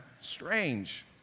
strange